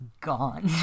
gone